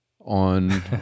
on